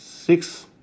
six